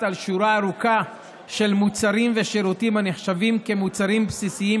על שורה ארוכה של מוצרים ושירותים הנחשבים כמוצרים בסיסיים,